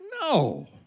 No